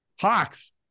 Hawks